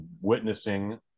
witnessing